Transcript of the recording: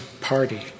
party